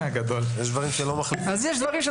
אז יש דברים שלא מחליפים.